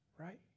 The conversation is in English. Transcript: Right